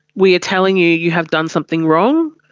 we are telling you, you have done something wrong.